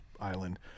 island